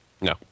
No